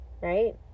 Right